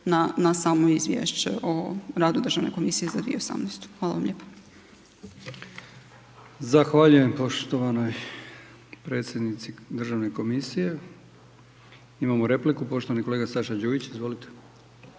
na samo Izvješće o radu državne komisije za 2018. Hvala vam lijepo. **Brkić, Milijan (HDZ)** Zahvaljujem poštovanoj predsjednice državne komisije. Imamo repliku, poštovani kolega Saša Đujić. **Đujić,